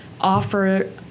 offer